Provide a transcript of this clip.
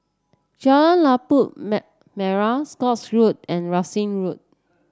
Jalan Labu Merah Scotts Road and Russel Road